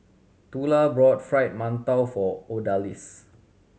Tula bought Fried Mantou for Odalis